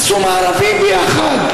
עשו מארבים ביחד,